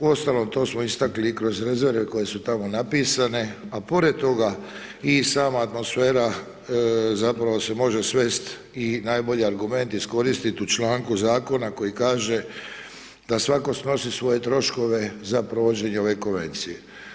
Uostalom, to smo istakli i kroz rezerve koje su tamo napisane, a pored toga i sama atmosfera, zapravo, se može svest i najbolji argument iskoristit u članku Zakona koji kaže da svatko snosi svoje troškove za provođenje ove Konvencije.